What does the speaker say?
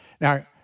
Now